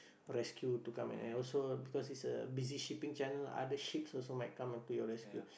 rescue to come and and also because it's a busy shipping channel other ships also might come up to your rescue